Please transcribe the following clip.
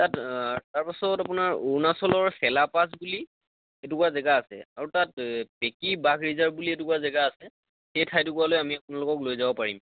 তাত তাৰ তাৰ পিছত আপোনালোকক অৰুণাচলৰ চেলা পাছ বুলি এটুকুৰা জেগা আছে আৰু তাত বেকি বাঘ ৰিজাৰ্ভ বুলি এটুকুৰা জেগা আছে সেই ঠাই টুকুৰালৈ আমি আপোনালোকক লৈ যাব পাৰিম